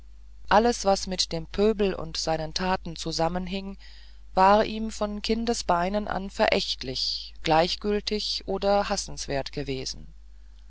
alles was mit dem pöbel und seinen taten zusammenhing war ihm von kindesbeinen an verächtlich gleichgültig oder hassenswert gewesen